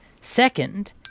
Second